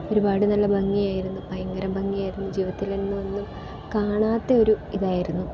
ഒരുപാട് നല്ല ഭംഗിയായിരുന്നു ഭയങ്കര ഭംഗിയായിരുന്നു ജീവിതത്തിലെന്നും എന്നും കാണാത്തെ ഒരു ഇതായിരുന്നു